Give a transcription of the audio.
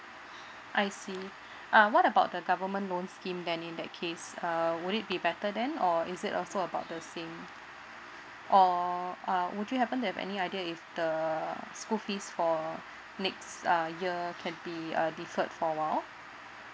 I see uh what about the government loan scheme then in that case uh would it be better then or is it also about the same or uh would you happen to have any idea if the school fees for next uh year can be uh deferred for awhile